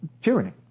tyranny